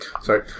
Sorry